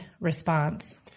response